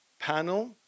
panel